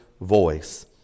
voice